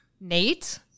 Nate